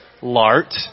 Lart